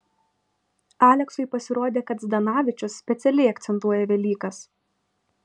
aleksui pasirodė kad zdanavičius specialiai akcentuoja velykas